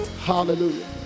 hallelujah